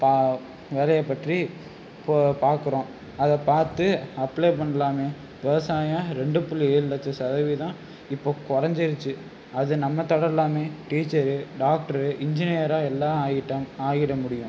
பா வேலையை பற்றி இப்போ பார்க்குறோம் அதை பார்த்து அப்ளை பண்ணலாமே விவசாயம் ரெண்டு புள்ளி ஏழு லட்சம் சதவீதம் இப்போ குறஞ்சிருச்சி அதை நம்ம தொடரலாமே டீச்சர் டாக்டரு இன்ஜினியராக எல்லாம் ஆகிட்டோம் ஆகிட முடியும்